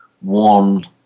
one